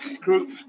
group